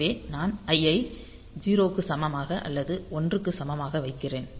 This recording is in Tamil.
எனவே நான் i ஐ 0 க்கு சமமாக அல்லது 1 க்கு சமமாக வைக்கிறேன்